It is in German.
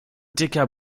dicker